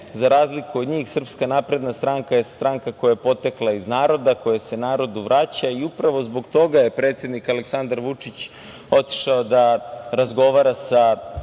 Za razliku od njih SNS je stranka koja je potekla iz naroda, koja se narodu vraća i upravo zbog toga je predsednik Aleksandar Vučić otišao da razgovara sa